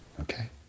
okay